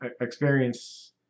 experience